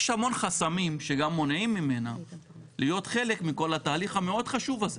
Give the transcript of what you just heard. יש המון חסמים שגם מונעים ממנה להיות חלק מכל התהליך המאוד חשוב הזה,